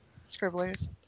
Scribblers